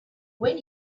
when